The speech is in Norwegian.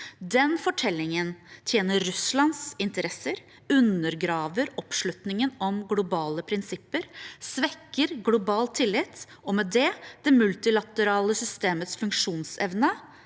Den fortellingen tjener Russlands interesser, undergraver oppslutningen om globale prinsipper, svekker global tillit og med det det multilaterale systemets funksjonsevne